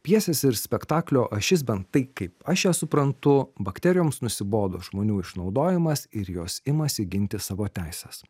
pjesės ir spektaklio ašis bent tai kaip aš ją suprantu bakterijoms nusibodo žmonių išnaudojimas ir jos imasi ginti savo teises